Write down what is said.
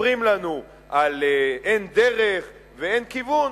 מספרים לנו על אין דרך ואין כיוון,